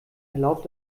erlaubt